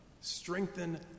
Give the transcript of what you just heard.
strengthen